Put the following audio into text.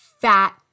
fat